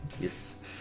Yes